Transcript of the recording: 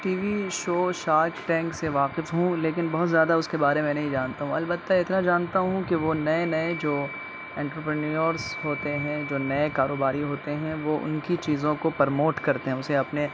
T V show shark tank سے واقف ہوں لیکن بہت زیادہ اس کے بارے میں نہیں جانتا ہوں البتہ اتنا جانتا ہوں کہ وہ نئے نئے جو انٹرپرنیورس ہوتے ہیں جو نئے کاروباری ہوتے ہیں وہ ان کی چیزوں کو پرموٹ کرتے ہیں اسے اپنے